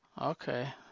Okay